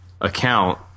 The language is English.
account